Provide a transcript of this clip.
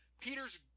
Peter's